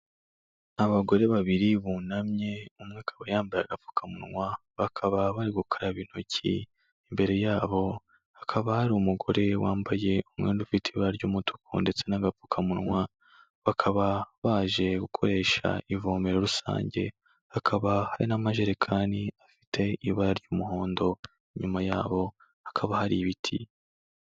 Abagore babiri bunamye, umwe akaba yambaye agapfukamunwa bakaba bari gukaraba intoki, imbere yabo hakaba hari umugore wambaye umwenda ufite ibara ry'umutuku ndetse n'apfukamunwa, bakaba baje gukoresha ivomero rusange hakaba hari n'amajerekani afite ibara ry'umuhondo, inyuma yabo hakaba hari ibiti.